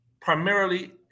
primarily